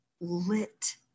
lit